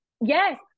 Yes